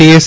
TS